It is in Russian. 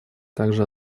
также